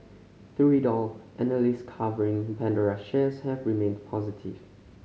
through it all analyst covering Pandora's shares have remained positive